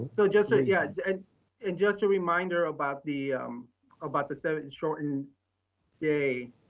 so just a yeah and and just a reminder about the about the seven shortened day,